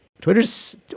Twitter's